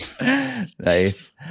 nice